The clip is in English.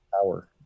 power